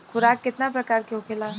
खुराक केतना प्रकार के होखेला?